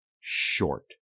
short